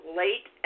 late